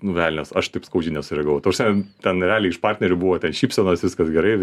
nu velnias aš taip skaudžiai nesureagavau ta prasme ten realiai iš partnerių buvo ten šypsenos viskas gerai